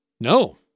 No